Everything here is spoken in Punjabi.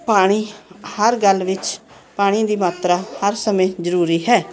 ਪਾਣੀ ਹਰ ਗੱਲ ਵਿੱਚ ਪਾਣੀ ਦੀ ਮਾਤਰਾ ਹਰ ਸਮੇਂ ਜ਼ਰੂਰੀ ਹੈ